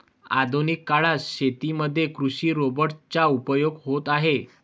आधुनिक काळात शेतीमध्ये कृषि रोबोट चा उपयोग होत आहे